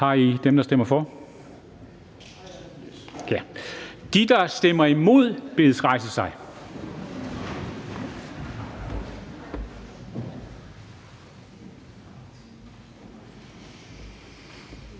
Tak. De, der stemmer hverken for eller imod, bedes rejse sig.